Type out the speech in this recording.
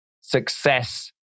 success